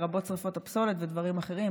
לרבות שרפות הפסולת ודברים אחרים,